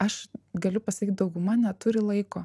aš galiu pasakyt dauguma neturi laiko